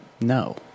No